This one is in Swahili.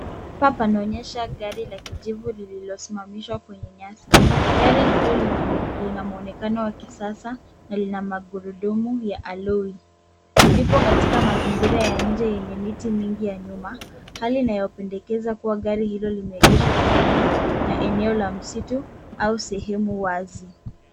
Hapa, pana onyesha gari la kijivu lililo simamishwa kwenye nyasi. Gari hilo lina mwonekano wa kisasa, na lina magurudumu ya aloi. Nipo katika mazingira ya nje yenye miti mingi ya nyuma, hali inayo pendekeza kuwa gari hilo limeegeshwa karibu na eneo la msitu au sehemu wazi.